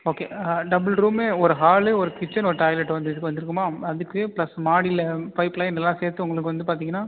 okay double room ஒரு hall ஒரு kitchen ஒரு டாய்லெட் வந்து வந்துருக்குமா அதற்கு ப்ளஸ் மாடில பைப் லைன் எல்லாம் சேர்த்து உங்களுக்கு வந்து பார்த்திங்கனா